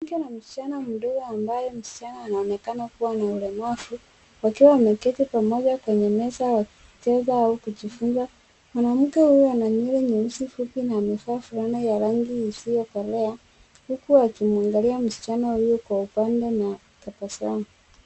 Mwanamke na msichana mdogo ambaye msichana anaonekana kuwa na ulemavu, wakiwa wameketi pamoja kwenye meza wakicheza au kujifunza. Mwanamke huyo ana nywele nyeusi fupi na amevaa fulana ya rangi isiyokolea, huku akimwangalia msichana huyu kwa upande na tabasamu.